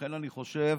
לכן, אני חושב